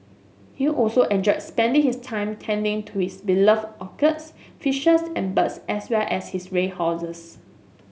he also enjoyed spending his time tending to his beloved orchids fishes and birds as well as his ray horses